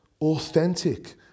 authentic